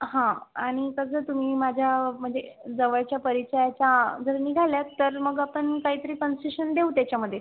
हां आणि तसं तुम्ही माझ्या म्हणजे जवळच्या परिचयाच्या जर निघाल्या तर मग आपण काहीतरी कन्सेशन देऊ त्याच्यामध्ये